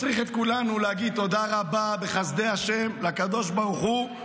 מצריך את כולנו לומר תודה רבה בחסדי השם לקדוש ברוך הוא,